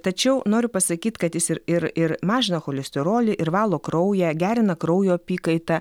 tačiau noriu pasakyt kad jis ir ir ir mažina cholesterolį ir valo kraują gerina kraujo apykaitą